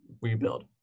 rebuild